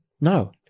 No